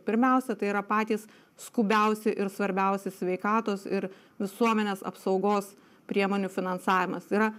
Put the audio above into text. pirmiausia tai yra patys skubiausi ir svarbiausi sveikatos ir visuomenės apsaugos priemonių finansavimas yra